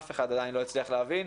אף אחד עדיין לא הצליח להבין.